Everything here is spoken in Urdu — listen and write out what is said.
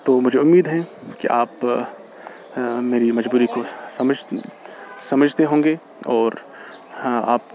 تو مجھے امید ہے کہ آپ میری مجبوری کو سمجھ سمجھتے ہوں گے اور ہاں آپ